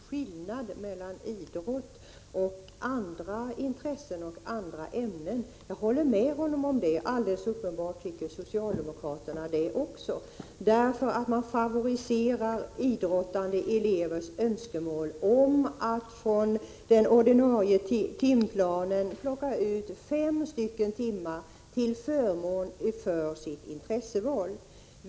Fru talman! Det var intressant att Larz Johansson tycker att det är skillnad mellan idrott och andra intressen och andra ämnen. Jag håller med honom om det, och alldeles uppenbart tycker också socialdemokraterna så. Man favoriserar ju idrottande elevers önskemål om att från den ordinarie timplanen plocka ut fem timmar till förmån för sitt intresseval.